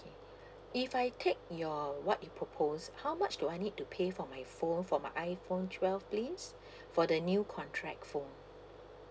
if I take your what you propose how much do I need to pay for my phone for my iphone twelve please for the new contract phone